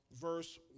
verse